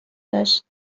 داشت